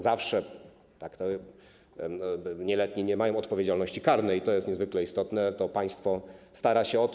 Zawsze nieletni nie mają odpowiedzialności karnej i to jest niezwykle istotne, to państwo stara się o to.